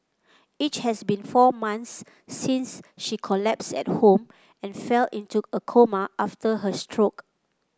it has been four months since she collapsed at home and fell into a coma after her stroke